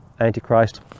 Antichrist